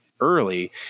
early